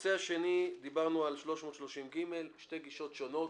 הנושא השני דיברנו על 330ג', שתי גישות שונות.